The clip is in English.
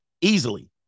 Easily